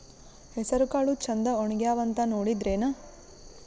ಹೆಸರಕಾಳು ಛಂದ ಒಣಗ್ಯಾವಂತ ನೋಡಿದ್ರೆನ?